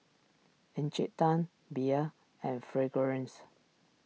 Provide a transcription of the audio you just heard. Encik Tan Bia and Fragrance